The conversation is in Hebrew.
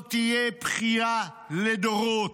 זאת תהיה בכייה לדורות,